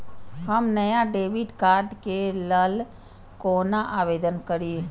हम नया debit card के लल कौना आवेदन करि?